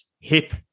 hip